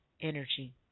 energy